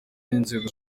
n’inzego